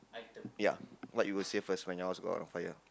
ya what would you save first when your house got caught on fire